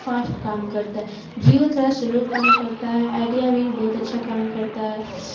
fast کام کرتا جیو تھوڑا سلو کام کرتا ہے آئیڈیا بھی بہت اچھا کام کرتا ہے